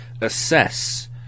assess